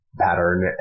pattern